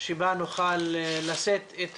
שבה נוכל לשאת את